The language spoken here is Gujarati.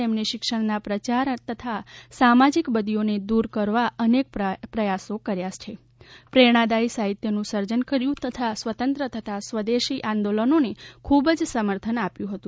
તેમણે શિક્ષણના પ્રચાર તથા સામાજીક બદીઓને દૂર કરવા અનેક પ્રવાસો કર્યા પ્રેરણાદાયી સાહિત્યનું સર્જન કર્યું તથા સ્વતંત્રતા તથા સ્વદેશી આંદોલનને ખુબ જ સમર્થન આપ્યું હતું